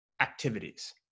activities